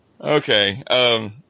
Okay